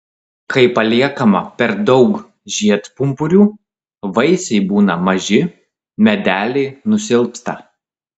kai paliekama per daug žiedpumpurių vaisiai būna maži medeliai nusilpsta